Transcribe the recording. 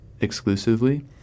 exclusively